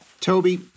Toby